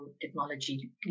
technology